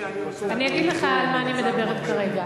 אני רוצה, אני אגיד לך על מה אני מדברת כרגע.